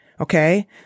Okay